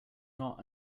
not